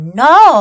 no